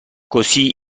così